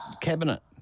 cabinet